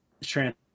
trans